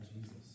Jesus